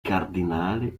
cardinale